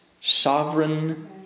sovereign